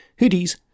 hoodies